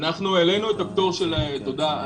תודה.